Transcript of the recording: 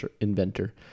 inventor